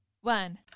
One